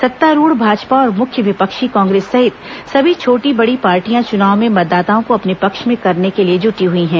सत्तारूढ भाजपा और मुख्य विपक्षी कांग्रेस सहित सभी छोटी बड़ी पार्टियां चुनाव में मतदाताओं को अपने पक्ष में करने के लिए जूटी हुई हैं